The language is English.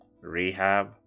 rehab